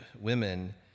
women